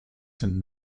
sind